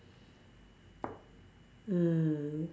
mm